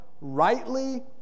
rightly